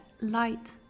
light